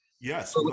Yes